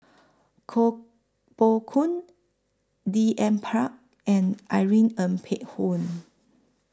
Koh Poh Koon D N Pritt and Irene Ng Phek Hoong